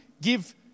give